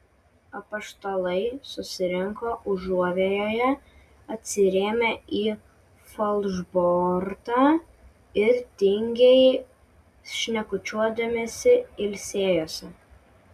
apaštalai susirinko užuovėjoje atsirėmę į falšbortą ir tingiai šnekučiuodamiesi ilsėjosi